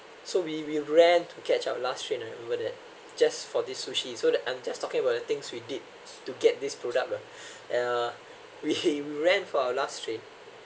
so we we ran to catch our last train right over there just for this sushi so that I'm just talking about the things we did to get this product leh and uh we ran for our last train